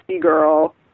girl